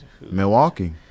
Milwaukee